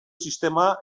sistema